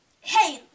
Hey